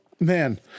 Man